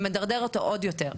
ומדרדר אותו עוד יותר.